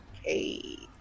okay